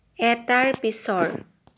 এটাৰ পিছৰ